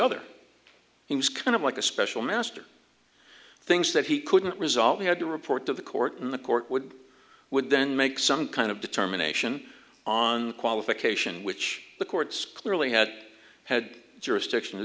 was kind of like a special master things that he couldn't resolve he had to report to the court in the court would would then make some kind of determination on qualification which the courts clearly had had jurisdiction to